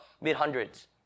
Mid-hundreds